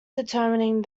determining